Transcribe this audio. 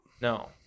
No